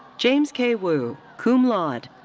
james k. wu, cum laude.